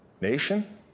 nation